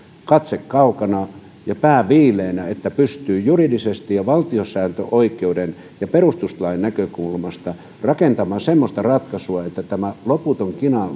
katse kaukana ja pää viileänä että pystyy juridisesti ja valtiosääntöoikeuden ja perustuslain näkökulmasta rakentamaan semmoista ratkaisua että loppuu tämä loputon kina